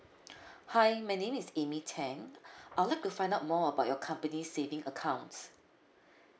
hi my name is amy tang I'll like to find out more about your company savings accounts